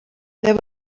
there